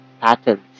patterns